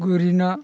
गोरि ना